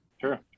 Sure